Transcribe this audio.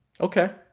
Okay